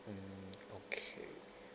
mm okay